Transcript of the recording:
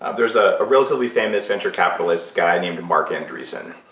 ah there's ah a relatively famous venture capitalist guy named marc andreessen.